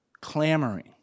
clamoring